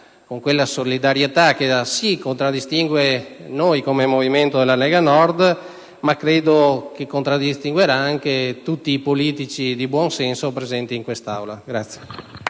con quella solidarietà che contraddistingue noi, come movimento della Lega Nord, ma che, a mio avviso, contraddistinguerà anche tutti i politici di buon senso presenti in questa Aula.